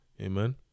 Amen